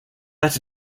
that